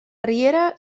riera